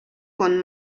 con